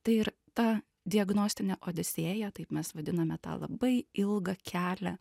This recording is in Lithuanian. tai ir ta diagnostine odisėja taip mes vadiname tą labai ilgą kelią